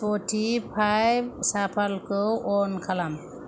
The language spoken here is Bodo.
स्पटिफाइ साफालखौ अन खालाम